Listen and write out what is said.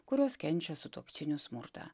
kurios kenčia sutuoktinių smurtą